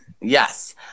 Yes